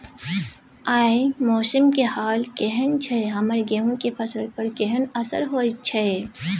आय मौसम के हाल केहन छै हमर गेहूं के फसल पर केहन असर होय छै?